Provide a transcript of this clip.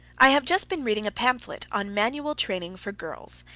i have just been reading a pamphlet on manual training for girls,